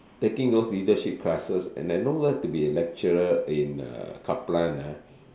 taking those leadership classes and then want to be a lecturer in uh Kaplan ah